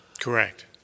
Correct